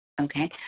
Okay